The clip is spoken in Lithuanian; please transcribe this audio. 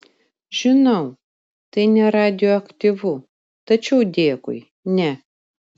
žinau tai neradioaktyvu tačiau dėkui ne